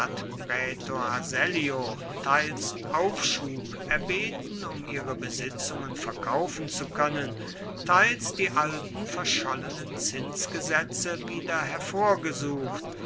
teils aufschub erbeten um ihre besitzungen verkaufen zu können teils die alten verschollenen zinsgesetze wieder hervorgesucht